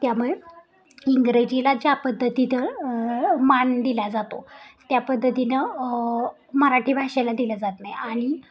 त्यामुळे इंग्रजीला ज्या पद्धतीनं मान दिला जातो त्या पद्धतीनं मराठी भाषेला दिला जात नाही आणि